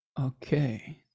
Okay